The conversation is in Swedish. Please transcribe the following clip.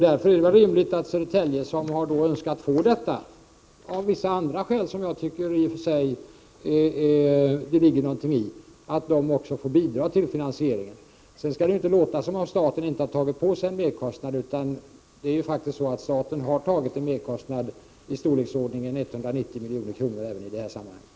Därför är det väl rimligt att Södertälje, som har önskat få denna förbindelse av vissa andra skäl, som jag i och för sig tycker att det ligger någonting i, också får bidra när det gäller finansieringen. Men för den skull får man inte framställa det hela som om staten inte skulle ha tagit på sig en merkostnad. Staten har faktiskt tagit på sig en merkostnad i storleksordningen 190 milj.kr. även i detta sammanhang.